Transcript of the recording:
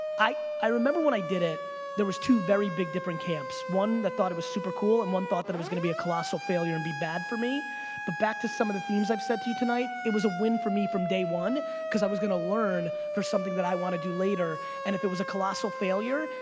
i i remember when i did it, there was two very big different camps. one that thought it was super cool and one thought that it was gonna be a colossal failure and be bad for me but back to some of the themes i've said to you tonight, it was a for me from day one cause i was gonna learn for something that i wanna do later and if it was a colossal failure,